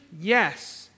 Yes